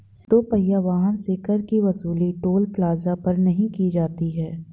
दो पहिया वाहन से कर की वसूली टोल प्लाजा पर नही की जाती है